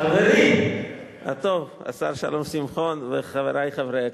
חברים, השר שלום שמחון וחברי חברי הכנסת,